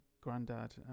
granddad